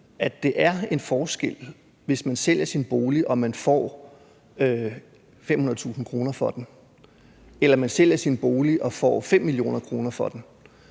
at der er en forskel mellem at sælge sin bolig og få 500.000 kr. for den og at sælge sin bolig og få 5 mio. kr. for den.